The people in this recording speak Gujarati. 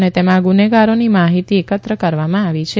અને તેમાં ગુનેગારોની માહિતી એકત્ર કરવામાં આવી છે